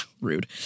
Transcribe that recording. rude